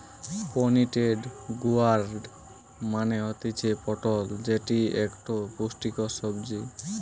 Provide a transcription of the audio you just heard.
pointed gourd মানে হতিছে পটল যেটি একটো পুষ্টিকর সবজি